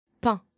Pain